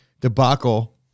debacle